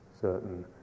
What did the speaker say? certain